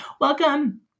welcome